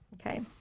okay